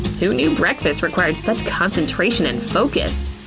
who knew breakfast required such concentration and focus!